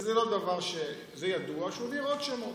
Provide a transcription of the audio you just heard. וזה לא דבר, זה ידוע שהוא העביר עוד שמות